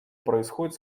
происходит